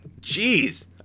Jeez